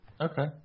Okay